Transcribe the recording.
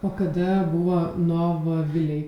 o kada buvo novoviliai